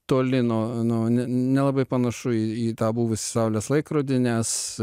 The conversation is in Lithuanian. toli nuo nuo ne nelabai panašu į į tą buvusį saulės laikrodį nes